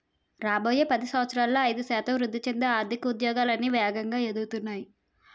రాబోయే పది సంవత్సరాలలో ఐదు శాతం వృద్ధి చెందే ఆర్థిక ఉద్యోగాలు అన్నీ వేగంగా ఎదుగుతున్నాయి